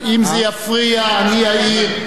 אם זה יפריע אני אעיר.